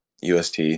UST